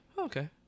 Okay